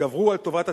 גברו על טובת הציבור,